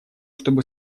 чтобы